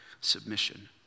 submission